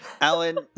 alan